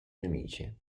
nemici